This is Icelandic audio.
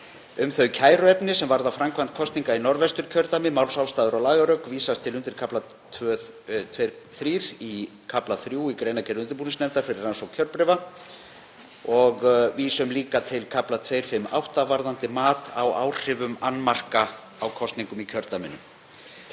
Um þau kæruefni sem varða framkvæmd kosninga í Norðvesturkjördæmi, málsástæður og lagarök vísast til undirkafla 2.3 í kafla III í greinargerð undirbúningsnefndar fyrir rannsókn kjörbréfa.“ — Og við vísum líka til kafla 2.5.8 varðandi mat á áhrifum annmarka á kosningum í kjördæminu.